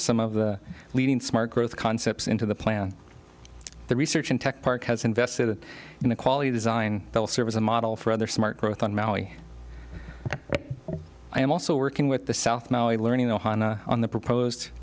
some of the leading smart growth concepts into the plan the research in tech park has invested in the quality design will serve as a model for other smart growth on maui i am also working with the south maui learning the honda on the proposed